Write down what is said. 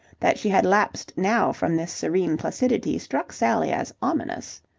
that she had lapsed now from this serene placidity, struck sally as ominous.